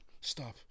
Stop